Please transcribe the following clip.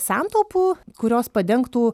santaupų kurios padengtų